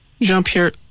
Jean-Pierre